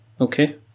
okay